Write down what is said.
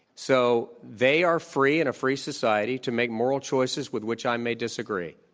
so they are free in a free society to make moral choices with which i may disagree.